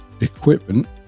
equipment